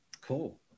cool